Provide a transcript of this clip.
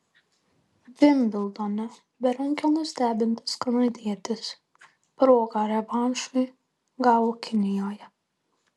vimbldone berankio nustebintas kanadietis progą revanšui gavo kinijoje